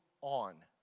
on